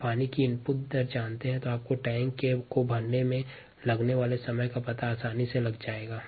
यदि आप पानी की इनपुट रेट जानते हैं तो आप टैंक को भरने में लगने वाले समय का पता आसानी से लगा सकते हैं